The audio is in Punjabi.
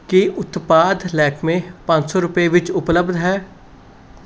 ਕੀ ਉਤਪਾਦ ਲੈਕਮੇ ਪੰਜ ਸੌ ਰੁਪਏ ਵਿੱਚ ਉਪਲਬਧ ਹੈ